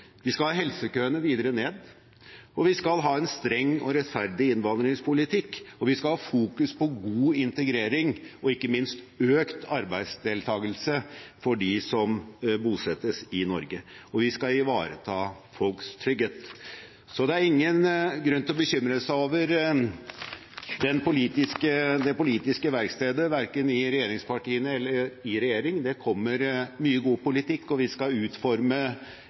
Vi skal ha helsekøene videre ned. Vi skal ha en streng og rettferdig innvandringspolitikk, vi skal fokusere på god integrering og ikke minst økt arbeidsdeltakelse for dem som bosettes i Norge, og vi skal ivareta folks trygghet. Så det er ingen grunn til å bekymre seg over det politiske verkstedet verken i regjeringspartiene eller i regjeringen. Det kommer mye god politikk, og vi skal utforme